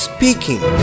Speaking